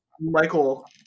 Michael